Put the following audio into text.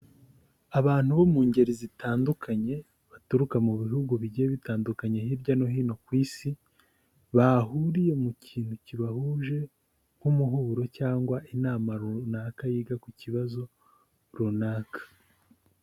Abantu bo mu ngeri zitandukanye baturuka mu bihugu bigiye bitandukanye hirya no hino ku isi bahuriye mu kintu kibahuje nk'umuhuro cyangwa inama runaka yiga ku kibazo runaka.